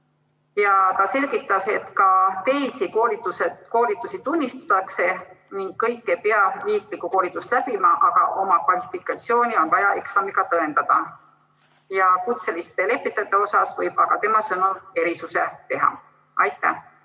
Ta selgitas, et ka teisi koolitusi tunnistatakse ning kõik ei pea riiklikku koolitust läbima, aga oma kvalifikatsiooni on vaja eksamiga tõendada. Kutseliste lepitajate puhul võib aga tema sõnul erisuse teha.